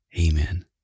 Amen